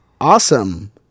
Awesome